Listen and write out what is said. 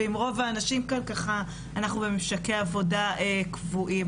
ועם רוב האנשים אנחנו בממשקי עבודה קבועים.